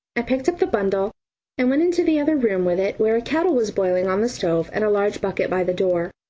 i picked up the bundle and went into the other room with it where a kettle was boiling on the stove and a large bucket by the door.